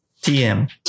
Tm